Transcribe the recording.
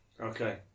Okay